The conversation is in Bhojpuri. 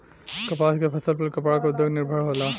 कपास के फसल पर कपड़ा के उद्योग निर्भर होला